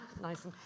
nice